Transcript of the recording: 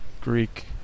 Greek